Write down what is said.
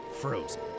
frozen